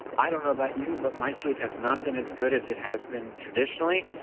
i don't know about you, but my sleep has not been as good as it has been traditionally.